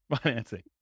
financing